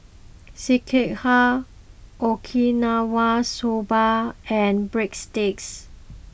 Sekihan Okinawa Soba and Breadsticks